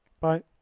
Bye